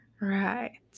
Right